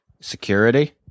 Security